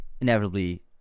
inevitably